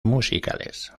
musicales